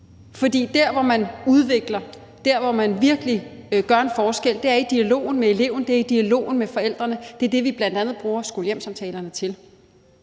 For der, hvor man udvikler, og der, hvor man virkelig gør en forskel, er i dialogen med eleven og i dialogen med forældrene – det er det, vi bl.a. bruger skole-hjem-samtalerne til.